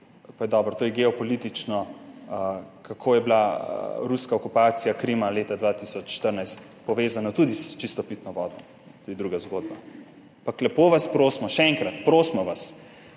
pa dobro, to je geopolitično, kako je bila ruska okupacija Krima leta 2014 povezana tudi s čisto pitno vodo, to je druga zgodba. Ampak lepo vas prosimo, še enkrat, prosimo vas,